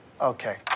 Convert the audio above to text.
Okay